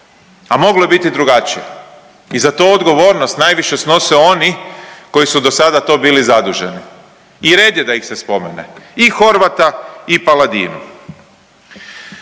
A moglo je biti drugačije i za to odgovornost najviše snose oni koji su do sada to bili zaduženi i red je da ih se spomene i Horvata i Paladinu.